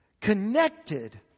connected